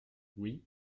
oui